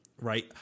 right